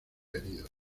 heridos